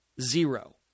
Zero